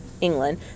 England